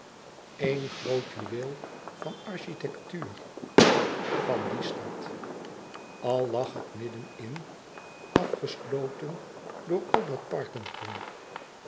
éen groot juweel van architectuur van die stad al lag het er midden in afgesloten door al dat